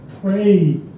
pray